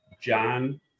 John